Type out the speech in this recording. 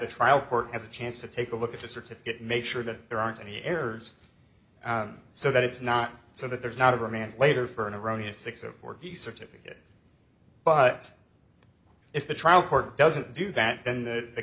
the trial court has a chance to take a look at the certificate make sure that there aren't any errors so that it's not so that there is not a romance later for an erroneous six zero forty certificate but if the trial court doesn't do that then that the